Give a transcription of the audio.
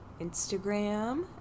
Instagram